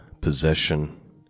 possession